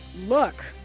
look